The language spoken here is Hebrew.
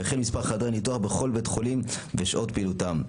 וכן מספר חדרי ניתוח בכל בית חולים ושעות פעילותם.